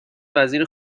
وزیر